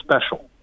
special